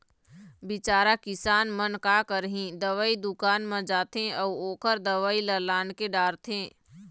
बिचारा किसान मन का करही, दवई दुकान म जाथे अउ ओखर दवई ल लानके डारथे